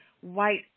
white